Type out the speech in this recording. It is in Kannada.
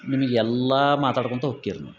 ನಿಮ್ಗೆಲ್ಲ ಮಾತಾಡ್ಕೊಂತ ಹೋಕ್ಕಿರಿ ನೀವು